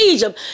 Egypt